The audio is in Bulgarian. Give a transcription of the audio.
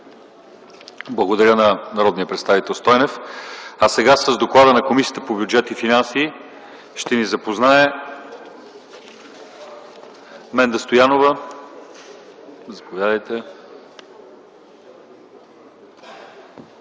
Благодаря на народния представител Стойнев. С доклада на комисията по бюджет и финанси ще ни запознае госпожа Менда Стоянова. Заповядайте,